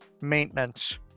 maintenance